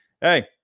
Hey